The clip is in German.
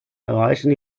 erreichen